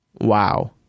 Wow